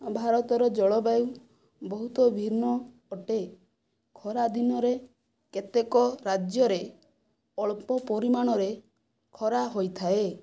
ଭାରତର ଜଳବାୟୁ ବହୁତ ଭିନ୍ନ ଅଟେ ଖରା ଦିନରେ କେତେକ ରାଜ୍ୟରେ ଅଳ୍ପ ପରିମାଣରେ ଖରା ହୋଇଥାଏ